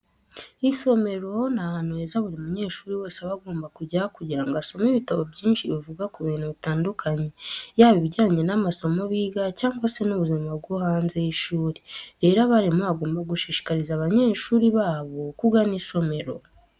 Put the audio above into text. Isomero ni ahantu heza buri munyeshuri wese aba agomba kujya kugira ngo asome ibitabo byinshi bivuga ku bintu bitandukanye, yaba ibijyanye n'amasomo biga cyangwa se n'ubuzima bwo hanze y'ishuri. Rero abarimu bagomba gushishikariza abanyeshuri babo kugana isomero.